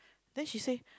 then she say